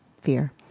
fear